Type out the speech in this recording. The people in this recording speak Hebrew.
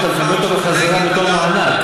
השבח, אתה מקבל אותו בחזרה בתור מענק.